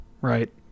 right